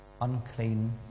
unclean